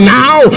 now